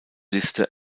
liste